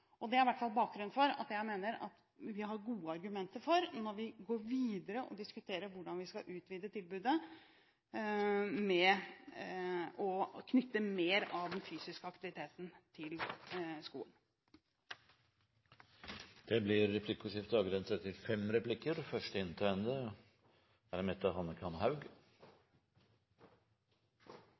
Det er i hvert fall bakgrunnen for at jeg mener vi har gode argumenter når vi går videre og diskuterer hvordan vi skal utvide tilbudet med å knytte mer av den fysiske aktiviteten til skolen. Det blir replikkordskifte. Statsråden var i sitt innlegg inne på at det er viktig å prioritere hva man bruker midlene til i skolen. Da er